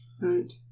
Right